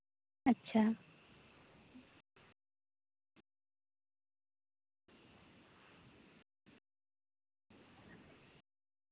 ᱟᱪᱪᱷᱟ